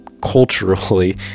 culturally